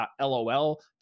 .lol